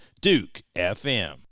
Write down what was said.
Duke-FM